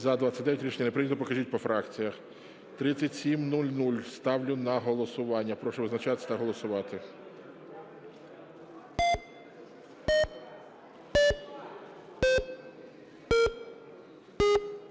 За-29 Рішення не прийнято. Покажіть по фракціях. 3700 ставлю на голосування. Прошу визначатись та голосувати.